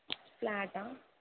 ఫ్లాటా